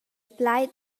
plaid